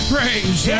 praise